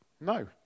No